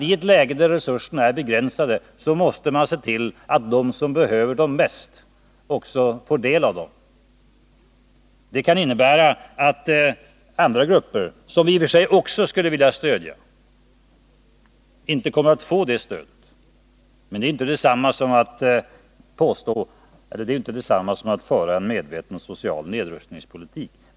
I ett läge där resurserna är begränsade måste man se till, att de som behöver dem bäst också får del av dem. Det kan innebära att andra grupper, som vi i och för sig också skulle vilja stödja, inte kommer att få det stödet, men det är inte detsamma som att föra en medveten social nedrustningspolitik.